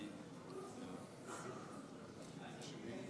(חותם על ההצהרה)